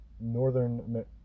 northern